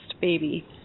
baby